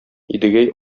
идегәй